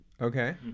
Okay